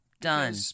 Done